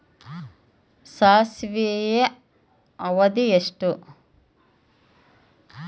ಸಾಸಿವೆಯ ಅವಧಿ ಎಷ್ಟು?